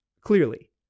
Clearly